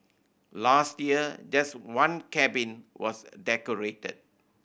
last year just one cabin was decorated